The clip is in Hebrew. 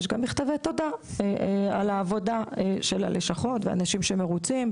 יש גם מכתבי תודה על העבודה של הלשכות ואנשים שמרוצים,